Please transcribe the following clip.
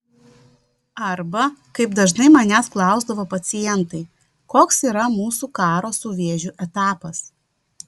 arba kaip dažnai manęs klausdavo pacientai koks yra mūsų karo su vėžiu etapas